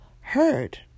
heard